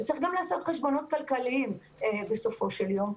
צריך גם לעשות חשבונות כלכליים בסופו של יום,